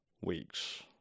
weeks